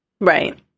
Right